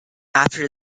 after